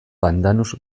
pandanus